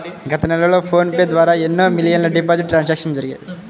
గత నెలలో ఫోన్ పే ద్వారా ఎన్నో మిలియన్ల డిజిటల్ ట్రాన్సాక్షన్స్ జరిగాయి